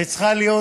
וצריכה להיות,